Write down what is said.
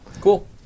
cool